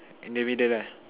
in the middle lah